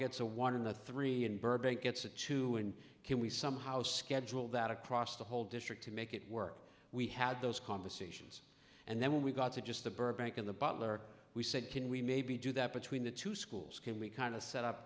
gets a one in a three in burbank gets a two and can we somehow schedule that across the whole district to make it work we had those conversations and then we got to just the burbank in the butler we said can we maybe do that between the two schools can we kind of set up